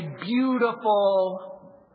beautiful